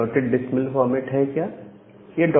यह dotted decimal format क्या है